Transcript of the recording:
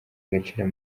agaciro